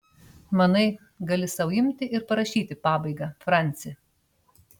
manai gali sau imti ir parašyti pabaigą franci